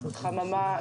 חממה,